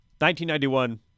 1991